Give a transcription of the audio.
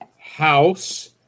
house